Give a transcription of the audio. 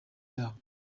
yabo